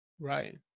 right